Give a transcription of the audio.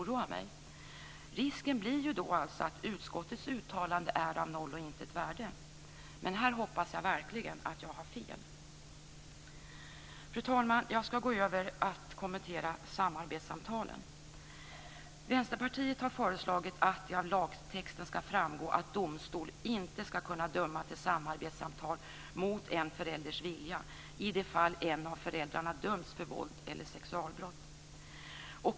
Risken blir då att utskottets uttalande är av noll och intet värde. Men här hoppas jag verkligen att jag har fel. Fru talman! Jag skall gå över till att kommentera samarbetssamtalen. Vi i Vänsterpartiet har föreslagit att det av lagtexten skall framgå att domstol inte skall kunna döma till samarbetssamtal mot en förälders vilja i det fall en av föräldrarna dömts för vålds eller sexualbrott.